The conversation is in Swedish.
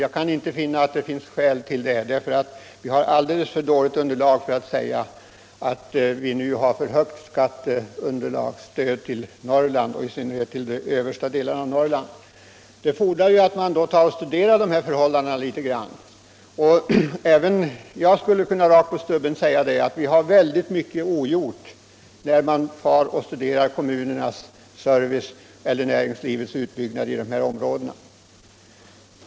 Enligt min mening finns det inga skäl till att göra så, för vi har alldeles för dåligt underlag för att nu kunna säga att det utgår för högt skatteutjämningsbidrag till Norrland, i all synnerhet till de översta delarna Det fordras att vi studerar förhållandena litet grann. Jag skulle också rakt på stubben kunna säga att vi har väldigt mycket ogjort när det gäller kommunernas service och näringslivets utbyggnad i de här områdena.